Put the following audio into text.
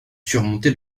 surmonté